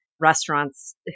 restaurants